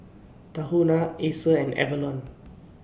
Tahuna Acer and Avalon